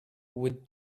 with